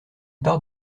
part